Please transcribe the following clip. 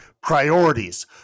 priorities